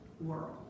world